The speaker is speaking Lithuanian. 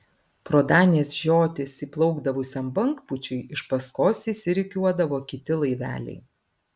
pro danės žiotis įplaukdavusiam bangpūčiui iš paskos išsirikiuodavo kiti laiveliai